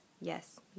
Yes